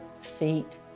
feet